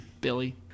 Billy